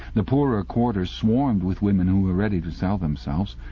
the poorer quarters swarmed with women who were ready to sell themselves.